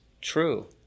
true